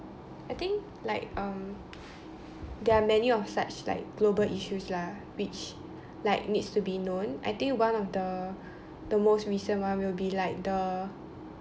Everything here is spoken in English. I think like um there are many of such like global issues lah which like needs to be known I think one of the the most recent one will be like the